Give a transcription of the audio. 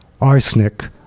arsenic